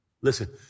Listen